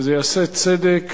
וזה יעשה צדק